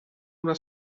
una